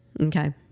Okay